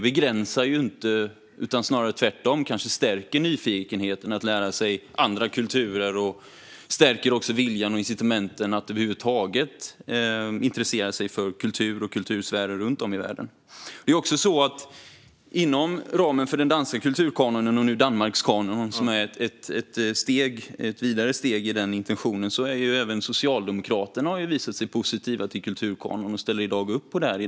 Det är inte en begränsning utan tvärtom snarare stärker nyfikenheten att lära sig om andra kulturer samt stärker viljan och incitamenten att över huvud taget intressera sig för kultur och kultursfärer runt om i världen. Inom ramen för den danska kulturkanon, nu Danmarkskanon, som är ett steg vidare, har även Socialdemokraterna i Danmark visat sig positiva till kulturkanon och ställer upp på den.